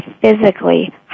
physically